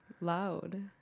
loud